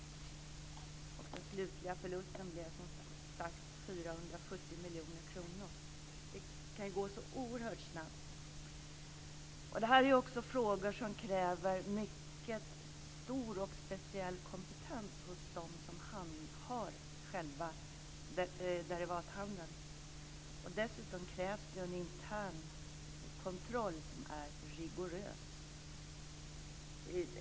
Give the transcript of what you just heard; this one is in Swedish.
Den slutliga förlusten blev, som sagt, 470 miljoner kronor. Det kan gå så oerhört snabbt. Det här är frågor som också kräver mycket stor och speciell kompetens hos dem som handhar själva derivathandeln. Dessutom krävs det en intern kontroll som är rigorös.